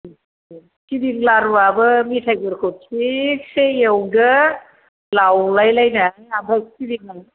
सिबिं लारुआबो मेथाइ गुरखौ थिगसे एवदो लावलायलायनाय आमफ्राय सिबिङाव